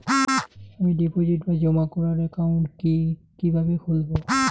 আমি ডিপোজিট বা জমা করার একাউন্ট কি কিভাবে খুলবো?